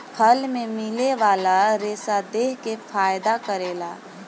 फल मे मिले वाला रेसा देह के फायदा करेला